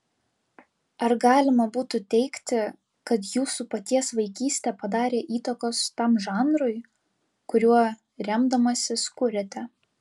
ar galima būtų teigti kad jūsų paties vaikystė padarė įtakos tam žanrui kuriuo remdamasis kuriate